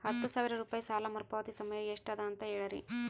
ಹತ್ತು ಸಾವಿರ ರೂಪಾಯಿ ಸಾಲ ಮರುಪಾವತಿ ಸಮಯ ಎಷ್ಟ ಅದ ಅಂತ ಹೇಳರಿ?